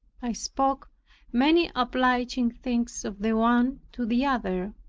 i spoke many obliging things of the one to the other,